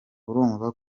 urumva